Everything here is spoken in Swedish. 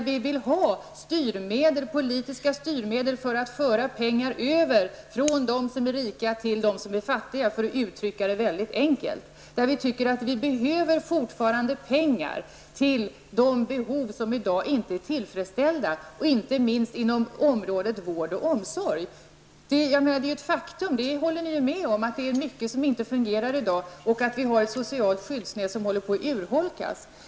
Vi vill dock ha politiska styrmedel för att föra över pengar från de som är rika till de som är fattiga, för att det uttrycka det mycket enkelt. Vi tycker att vi fortfarande behöver pengar till de behov som i dag inte är tillfredsställda, inte minst inom området vård och omsorg. Det är ett faktum -- det håller ni med om -- att det är mycket som inte fungerar i dag och att vårt sociala skyddsnät håller på att urholkas.